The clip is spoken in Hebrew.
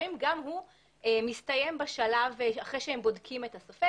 לפעמים גם הוא מסתיים אחרי שהם בודקים את הספק,